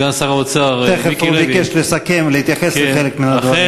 סגן שר האוצר מיקי לוי,